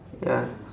ya